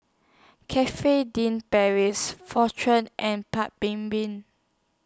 Cafe Din Paris Fortune and Paik's Bibim